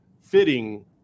fitting